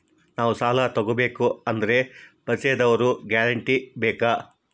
ನಾವು ಸಾಲ ತೋಗಬೇಕು ಅಂದರೆ ಪರಿಚಯದವರ ಗ್ಯಾರಂಟಿ ಬೇಕಾ?